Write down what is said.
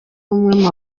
umwe